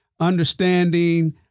understanding